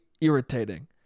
irritating